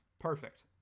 perfect